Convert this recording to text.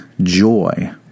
joy